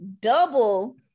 double